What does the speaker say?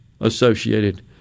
associated